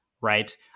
right